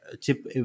chip